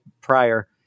prior